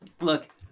Look